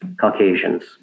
Caucasians